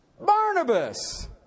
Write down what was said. Barnabas